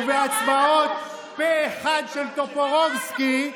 או בהצבעות פה אחד של טופורובסקי,